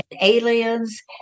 aliens